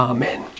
Amen